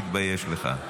תתבייש לך.